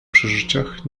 przeżyciach